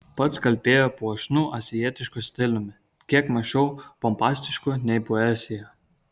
pats kalbėjo puošniu azijietišku stiliumi kiek mažiau pompastišku nei poezija